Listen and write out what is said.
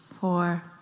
four